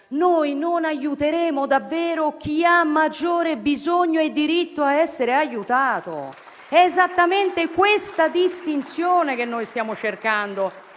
noi non aiuteremo davvero chi ha maggiore bisogno e diritto a essere aiutato. È esattamente questa distinzione che stiamo cercando